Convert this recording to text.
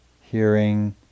hearing